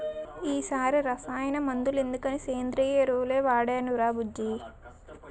ఈ సారి రసాయన మందులెందుకని సేంద్రియ ఎరువులే వాడేనురా బుజ్జీ